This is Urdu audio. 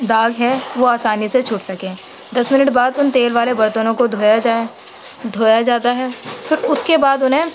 داغ ہے وہ آسانی چھوٹ سکیں دس منٹ بعد ان تیل والے برتنوں کو دھویا جائے دھویا جاتا ہے پھر اس کے بعد انہیں